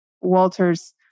Walter's